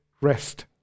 rest